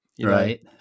right